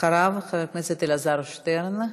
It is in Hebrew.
אחריו, חבר הכנסת אלעזר שטרן.